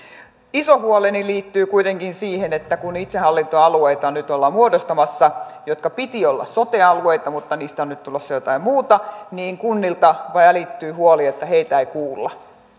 iso huoleni liittyy kuitenkin siihen että kun itsehallintoalueita nyt ollaan muodostamassa joiden piti olla sote alueita mutta niistä on nyt tulossa jotain muuta niin kunnilta välittyy huoli että heitä ei kuulla